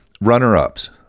Runner-ups